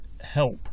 help